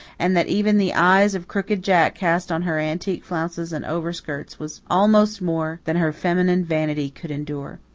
and that even the eyes of crooked jack cast on her antique flounces and overskirts was almost more than her feminine vanity could endure.